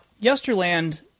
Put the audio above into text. Yesterland